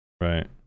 Right